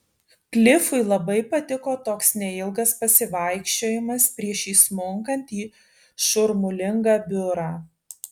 klifui labai patiko toks neilgas pasivaikščiojimas prieš įsmunkant į šurmulingą biurą